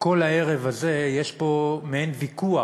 כל הערב הזה יש פה מעין ויכוח,